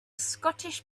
scottish